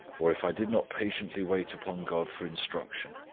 or if i did not patiently wait upon god for instruction,